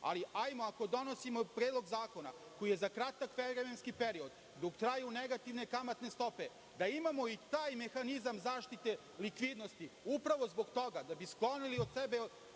ali hajde ako donosimo predlog zakona, koji je za kratak vremenski period, dok traju negativne kamatne stope, da imamo i taj mehanizam zaštite likvidnosti, upravo zbog toga da bi sklonili od sebe